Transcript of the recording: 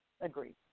Agreed